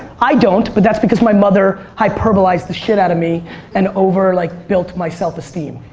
i don't but that's because my mother hyperbolized the shit out of me and over like built my self-esteem.